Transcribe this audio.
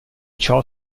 ciò